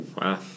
wow